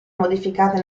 modificate